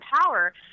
power